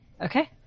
Okay